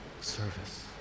service